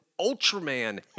Ultraman